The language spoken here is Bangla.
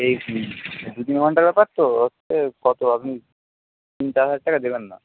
এই দু তিন ঘন্টার ব্যাপার তো ওই তো কত আপনি তিন চার হাজার টাকা দেবেন না